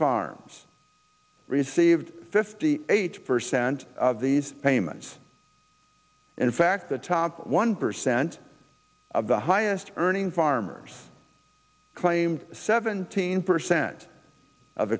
farms received fifty eight percent of these payments in fact the top one percent of the highest earning farmers claimed seventeen percent of